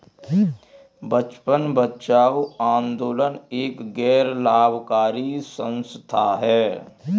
बचपन बचाओ आंदोलन एक गैर लाभकारी संस्था है